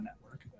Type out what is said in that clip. network